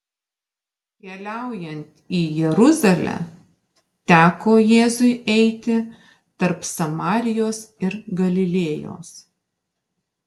keliaujant į jeruzalę teko jėzui eiti tarp samarijos ir galilėjos